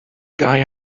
guy